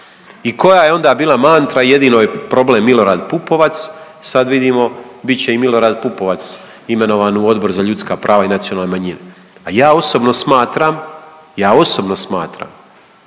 I koja je onda bila mantra? Jedino je problem Milorad Pupovac. Sad vidimo bit će i Milorad Pupovac imenovan u Odbor za ljudska prava i nacionalne manjine. A ja osobno smatram, ja osobno smatram